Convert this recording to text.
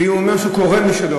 ואם הוא אמר שהוא קורא משלו,